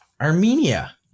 Armenia